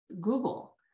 Google